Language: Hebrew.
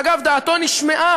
אגב, דעתו נשמעה.